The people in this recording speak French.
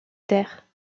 terres